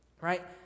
right